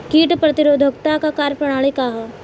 कीट प्रतिरोधकता क कार्य प्रणाली का ह?